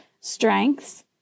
strengths